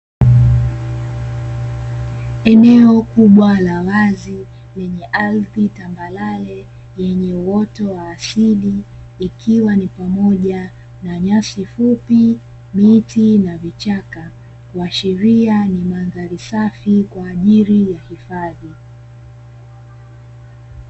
Eneo kubwa la wazi lenye ardhi tambarare yenye uoto wa asili ikiwa ni pamoja na nyasi fupi, miti na vichaka; kuashiria ni mandhari safi kwa ajili ya hifadhi.